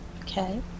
Okay